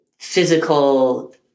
physical